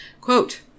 quote